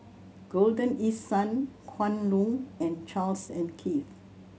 Golden East Sun Kwan Loong and Charles and Keith